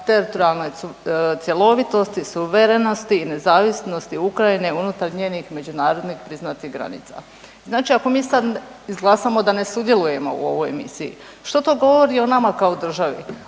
teritorijalnoj cjelovitosti, suverenosti i nezavisnosti Ukrajine unutar njenih međunarodnih priznatih granica. Znači ako mi sad izglasamo da ne sudjelujemo u ovom misiji, što to govori o nama kao državi?